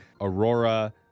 Aurora